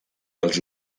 els